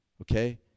Okay